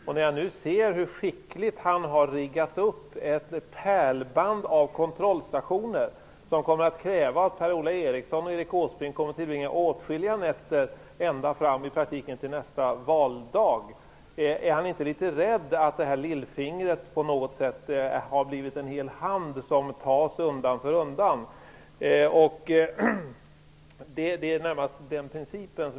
Jag ser nu hur skickligt han har riggat upp ett pärlband av kontrollstationer, som kommer att kräva att Per-Ola Eriksson och Erik Åsbrink tillbringar åtskilliga nätter ihop, ända fram till nästa valdag. Är Per-Ola Eriksson inte rädd för att lillfingret på något sätt har blivit en hel hand som de tar undan för undan?